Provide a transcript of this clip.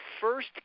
first